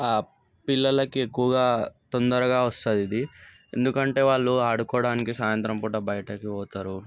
పిల్లలకి ఎక్కువగా తొందరగా వస్తది ఇది ఎందుకంటే వాళ్ళు ఆడుకోవడానికి సాయంత్రం పూట బయటకి పోతారు